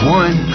one